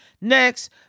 Next